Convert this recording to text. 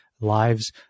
lives